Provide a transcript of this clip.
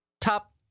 top